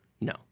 No